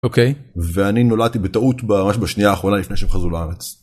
אוקיי - ואני נולדתי, בטעות, ממש בשנייה האחרונה לפני שהם חזרו לארץ.